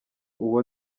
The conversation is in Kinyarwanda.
uwo